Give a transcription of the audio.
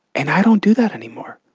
and i don't do that anymore.